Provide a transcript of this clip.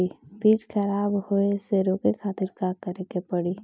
बीज खराब होए से रोके खातिर का करे के पड़ी?